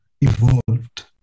evolved